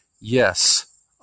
yes